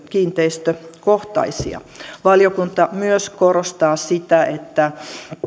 kiinteistökohtaisia valiokunta myös korostaa sitä että